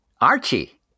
Archie